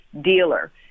dealer